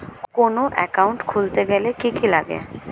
কোন একাউন্ট খুলতে গেলে কি কি লাগে?